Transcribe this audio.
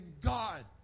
God